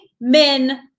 men